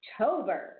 October